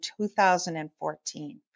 2014